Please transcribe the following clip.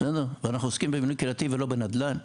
ואנחנו עוסקים בבינוי קהילתי ולא בנדל"ן.